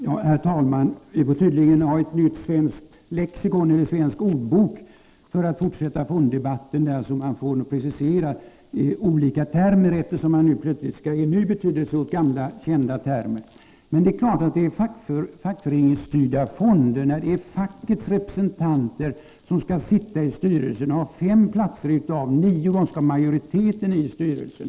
Herr talman! För att kunna fortsätta fonddebatten behöver vi tydligen en ny svensk ordbok där vi får olika termer preciserade, eftersom man nu plötsligt skall ge ny betydelse åt gamla kända termer. Det är klart att det är fråga om fackföreningsstyrda fonder när det är fackets representanter som skall sitta i styrelserna. De skall ha fem platser av nio, och de kommer alltså att få majoriteten i styrelserna.